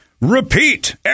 repeat